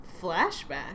Flashback